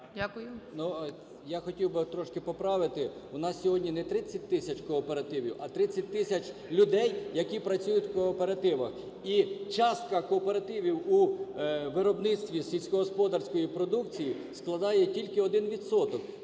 Я хотів би трошки поправити. У нас сьогодні не 30 тисяч кооперативів, а 30 тисяч людей, які працюють у кооперативах. І частка кооперативів у виробництві сільськогосподарської продукції складає тільки 1